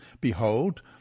Behold